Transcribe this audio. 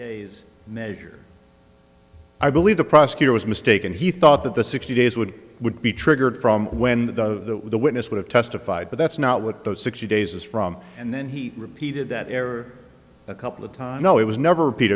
days measure i believe the prosecutor was mistaken he thought that the sixty days would would be triggered from when the witness would have testified but that's not what those sixty days is from and then he repeated that error a couple of times no it was never